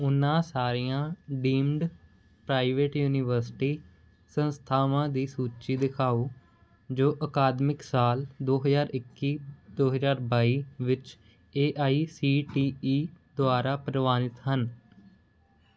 ਉਹਨਾਂ ਸਾਰੀਆਂ deemed private university ਸੰਸਥਾਵਾਂ ਦੀ ਸੂਚੀ ਦਿਖਾਓ ਜੋ ਅਕਾਦਮਿਕ ਸਾਲ ਦੋ ਹਜ਼ਾਰ ਇੱਕੀ ਦੋ ਹਜ਼ਾਰ ਬਾਈ ਵਿੱਚ A I C T E ਦੁਆਰਾ ਪ੍ਰਵਾਨਿਤ ਹਨ